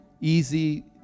easy